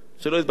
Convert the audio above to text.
שלא יתבלבל,